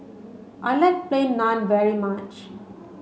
I like plain naan very much